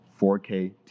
4k